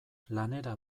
lanera